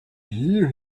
hear